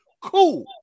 Cool